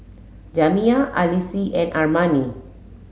Jamiya Alease and Armani